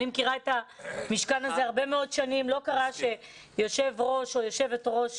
אני מכירה את המשכן הזה הרבה מאוד שנים ולא קרה שיושב ראש או יושבת ראש,